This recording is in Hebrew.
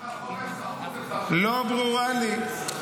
לא ברורה לי.